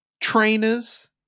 trainers